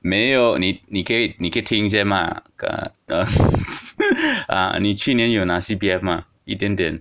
没有你你可以你可以听先吗 err err 啊你去年有拿 C_P_F 吗一点点